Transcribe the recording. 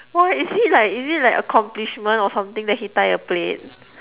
why is he like is it like accomplishment or something that he tie a plait